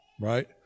right